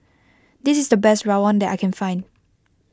this is the best Rawon that I can find